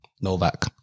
novak